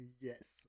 yes